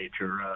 nature